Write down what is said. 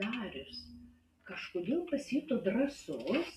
darius kažkodėl pasijuto drąsus